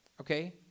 okay